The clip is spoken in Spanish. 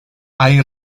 hay